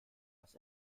was